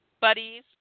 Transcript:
buddies